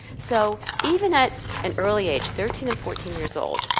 so, even at an early age, thirteen and fourteen years old,